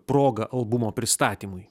proga albumo pristatymui